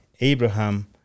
Abraham